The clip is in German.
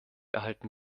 erhalten